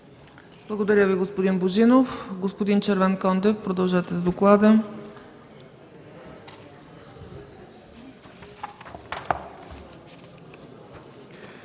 Благодаря Ви, господин Божинов. Господин Червенкондев, продължете с доклада.